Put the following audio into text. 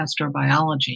astrobiology